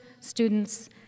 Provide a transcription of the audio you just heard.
students